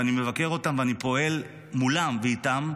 ואני מבקר אותם ואני פועל מולם ואיתם,